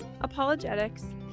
apologetics